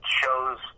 shows